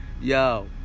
yo